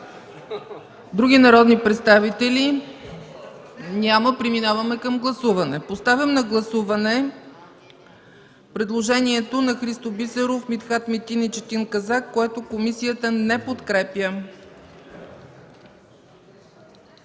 Други народни представители? Няма. Преминаваме към гласуване. Поставям на гласуване предложението на Христо Бисеров, Митхат Метин и Четин Казак, което комисията не подкрепя.